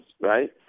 right